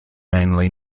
mainly